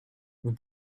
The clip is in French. vous